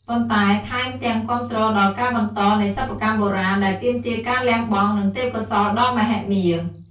ប៉ុន្តែថែមទាំងគាំទ្រដល់ការបន្តនៃសិប្បកម្មបុរាណដែលទាមទារការលះបង់ និងទេពកោសល្យដ៏មហិមា។